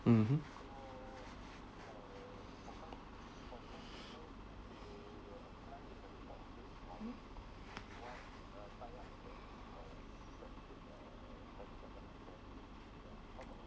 mmhmm